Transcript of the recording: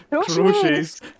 Crochets